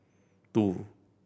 two